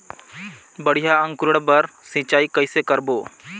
बढ़िया अंकुरण बर सिंचाई कइसे करबो?